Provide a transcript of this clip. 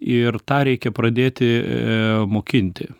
ir tą reikia pradėti mokinti